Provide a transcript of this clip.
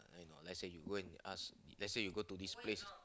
I know let's say you go and ask let's say you go to this place